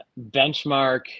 benchmark